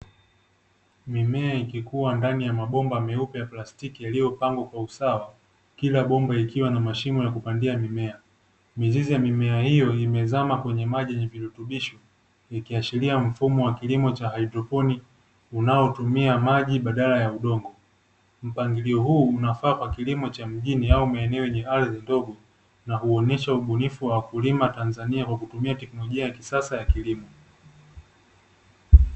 Mimea ikikua ndani ya mabomba meupe ya plastiki yaliyopangwa kwa usawa ,kila bomba ikiwa na mashimo ya kupandia mimea ,mizizi ya mimea hiyo imezama kwenye maji yenye virutubisho, ikiashiria mfumo wa kilimo cha haidroponi unaotumia maji badala ya udongo. mpangilio huu unafaa kwa kilimo cha mjini au maeneo yenye ardhi ndogo na huonyesha ubunifu wa wakulima Tanzania na kwa kutumia teknolojia ya kisasa ya kilimo.